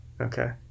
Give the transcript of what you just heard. okay